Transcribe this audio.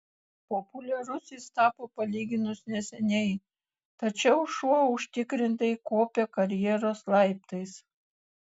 populiarus jis tapo palyginus neseniai tačiau šuo užtikrintai kopia karjeros laiptais